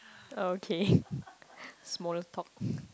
okay small talk